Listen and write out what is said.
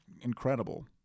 incredible